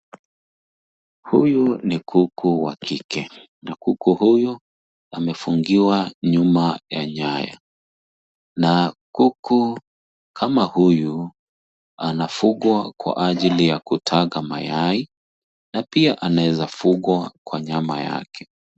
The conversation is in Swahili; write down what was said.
Huyu ni kuku wa kike, na kuku huyu amefungiwa nyuma ya nyaya. Na kuku kama huyu, anafugwa kwa ajili ya kutaga mayai, na pia anaweza fugwa kwa nyama yake.